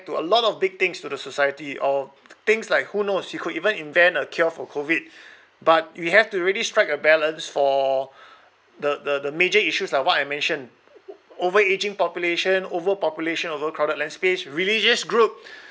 to a lot of big things to the society or things like who knows you could even invent a cure for COVID but you have to really strike a balance for the the the major issues like what I mention overaging population overpopulation overcrowded land space religious group